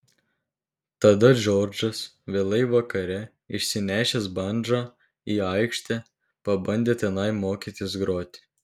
tada džordžas vėlai vakare išsinešęs bandžą į aikštę pabandė tenai mokytis groti